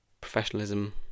professionalism